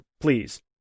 please